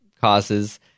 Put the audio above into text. causes